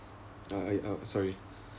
uh ya um sorry